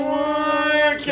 one